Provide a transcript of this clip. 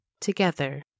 Together